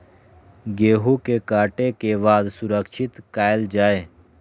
गेहूँ के काटे के बाद सुरक्षित कायल जाय?